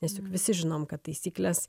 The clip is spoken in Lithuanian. nes juk visi žinom kad taisyklės